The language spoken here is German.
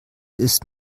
ist